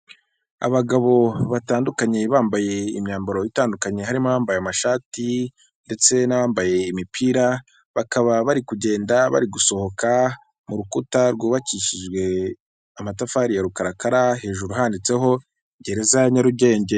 Abagabo batandukanye bambaye imyambaro itandukanye harimo abambaye amashati ndetse n'abambaye imipira, bakaba bari kugenda bari gusohoka mu rukuta rwubakishijwe amatafari ya rukarakara, hejuru handitseho gereza ya Nyarugenge.